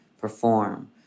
perform